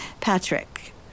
Patrick